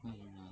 mm